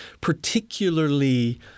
particularly